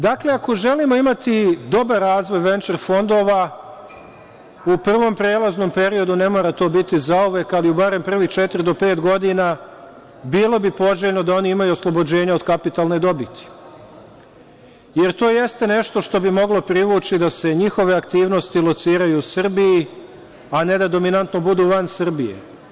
Dakle, ako želimo imati dobar razvoj venčer fondova u prvom prelaznom periodu, ne mora to biti zauvek, ali u barem prvih četiri do pet godina bilo bi poželjno da oni imaju oslobođenje od kapitalne dobiti, jer to jeste nešto što bi moglo privući da se njihove aktivnosti lociraju u Srbiji, a ne da dominantno budu van Srbije.